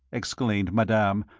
exclaimed madame,